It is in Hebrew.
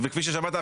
וכפי ששמעת,